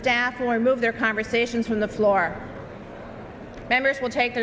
staff or move their conversation from the floor members will take